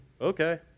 Okay